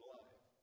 life